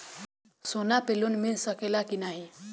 सोना पे लोन मिल सकेला की नाहीं?